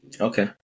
Okay